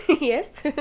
Yes